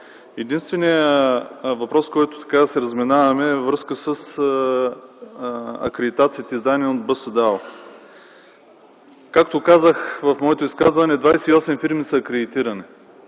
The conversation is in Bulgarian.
Единственият въпрос, по който се разминаваме, е във връзка с акредитациите, издадени от БСДАУ. Както казах в своето изказване, 28 фирми са акредитирани.